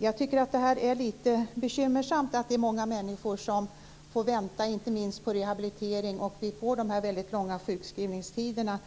Jag tycker att det är lite bekymmersamt att det är många människor som får vänta, inte minst på rehabilitering. Det medför att vi får dessa väldigt långa sjukskrivningstider.